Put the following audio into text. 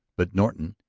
but norton,